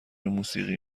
موسیقی